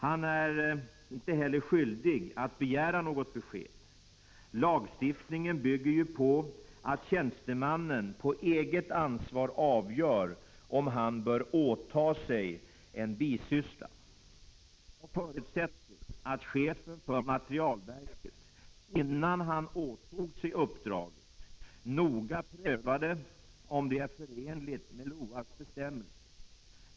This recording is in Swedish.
Han är inte heller skyldig att begära något besked. Lagstiftningen bygger ju på att tjänstemannen på eget ansvar avgör, om han bör åta sig en bisyssla. Jag förutsätter att chefen för materielverket, innan han åtog sig uppdraget, noga prövade om det är förenligt med LOA:s bestämmelser.